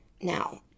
Now